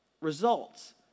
results